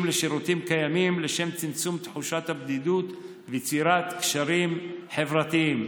לשירותים קיימים לשם צמצום תחושת הבדידות ויצירת קשרים חברתיים,